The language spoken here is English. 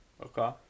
Okay